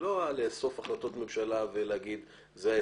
ולא לאסוף החלטות ממשלה ולהגיד שזה ה-SDGs,